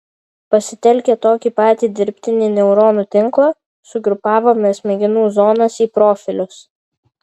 pasitelkę tokį patį dirbtinį neuronų tinklą sugrupavome smegenų zonas į profilius